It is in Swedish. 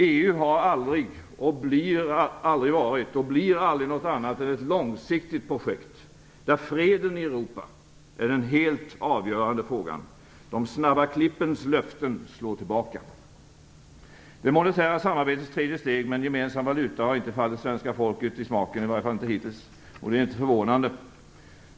EU har har aldrig varit och blir aldrig något annat än ett långsiktigt projekt, där freden i Europa är den helt avgörande frågan. De snabba klippens löften slår tillbaka. Det monetära samarbetets tredje steg med en gemensam valuta har i varje fall inte hittills fallit svenska folket i smaken, och det är inte förvånande.